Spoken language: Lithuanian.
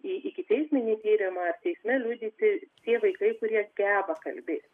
į ikiteisminį tyrimą ar teisme liudyti tie vaikai kurie geba kalbėti